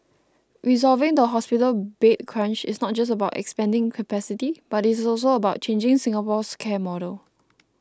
resolving the hospital bed crunch is not just about expanding capacity but it is also about changing Singapore's care model